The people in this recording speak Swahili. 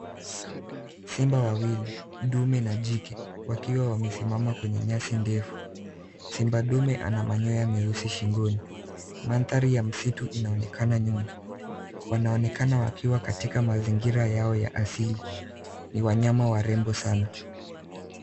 Simba wawili, ndume na jike, wakiwa wamesimama kwenye nyasi ndefu. Simba ndume ana manyoya meusi shingoni. Mandhari ya msitu inaonekana nyuma. Wanaonekana wakiwa katika mazingira yao ya asili. Ni wanyama warembo sana.